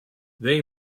they